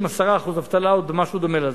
עם 10% אבטלה או משהו דומה לזה.